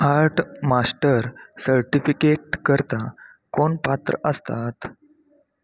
art master सर्टिफिकेटकरता कोण पात्र असतात